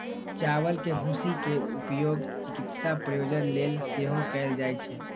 चावल के भूसी के उपयोग चिकित्सा प्रयोजन लेल सेहो कैल जाइ छै